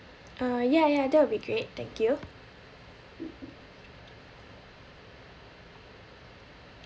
uh ya ya that will great thank you